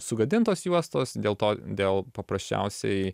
sugadintos juostos dėl to dėl paprasčiausiai